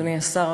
אדוני השר,